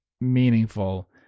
meaningful